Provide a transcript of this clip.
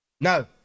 No